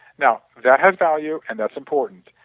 now, that has value and that's important.